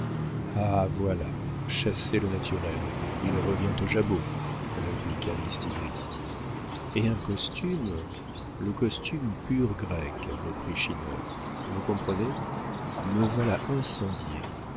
ah voilà chassez le naturel il revient au jabot répliqua mistigris et un costume le costume pur grec reprit schinner vous comprenez me voilà incendié